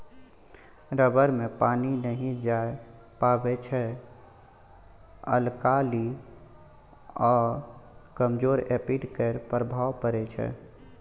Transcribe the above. rubber मे पानि नहि जाए पाबै छै अल्काली आ कमजोर एसिड केर प्रभाव परै छै